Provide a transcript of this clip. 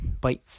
bye